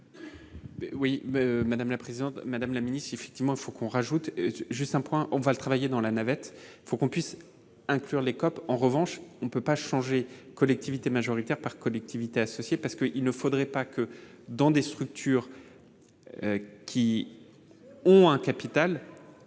Oui, madame la présidente, madame la ministre, effectivement, il faut qu'on rajoute juste un point, on va le travailler dans la navette, il faut qu'on puisse inclure les, en revanche, on ne peut pas changer collectivités majoritaire par. Collectivités associées parce qu'il ne faudrait pas que dans des structures qui ont un capital